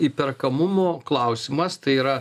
įperkamumo klausimas tai yra